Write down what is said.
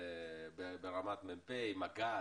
ברמת מ"פ, מג"ד?